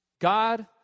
God